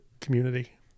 community